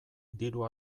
diru